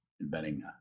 inventing